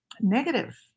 negative